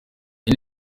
iyi